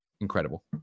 incredible